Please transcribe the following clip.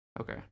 Okay